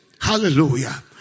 Hallelujah